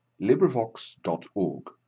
LibriVox.org